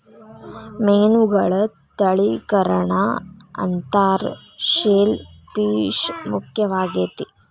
ಮೇನುಗಳ ತಳಿಕರಣಾ ಅಂತಾರ ಶೆಲ್ ಪಿಶ್ ಮುಖ್ಯವಾಗೆತಿ